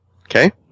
Okay